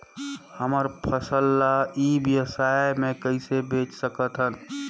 हमर फसल ल ई व्यवसाय मे कइसे बेच सकत हन?